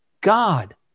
God